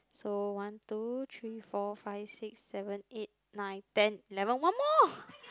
so one two three four five six seven eight nine ten eleven one more